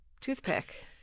toothpick